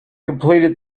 completed